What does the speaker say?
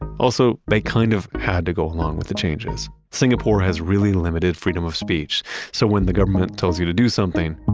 also, they kind of had to go along with the changes. singapore has really limited freedom of speech so when the government tells you to do something,